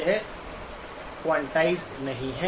यह क्वांटाइज़ नहीं है